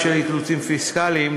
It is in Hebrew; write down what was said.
בשל אילוצים פיסקליים,